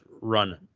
run